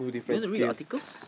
you want to read your articles